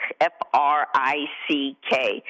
F-R-I-C-K